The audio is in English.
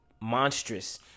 monstrous